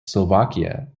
slovakia